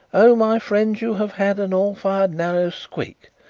oh, my friends, you have had an all-fired narrow squeak.